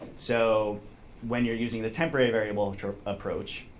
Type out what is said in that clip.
so when you're using the temporary variable approach,